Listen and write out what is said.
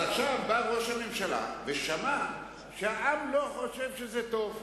בא ראש הממשלה ושמע שהעם לא חושב שזה טוב,